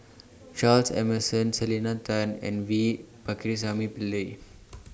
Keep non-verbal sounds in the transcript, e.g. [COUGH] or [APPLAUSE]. [NOISE] Charles Emmerson Selena Tan and V Pakirisamy Pillai